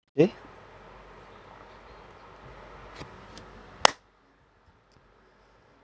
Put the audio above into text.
eh